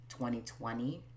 2020